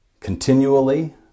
continually